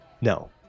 No